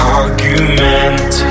argument